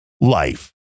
life